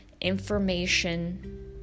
information